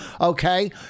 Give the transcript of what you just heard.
Okay